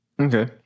okay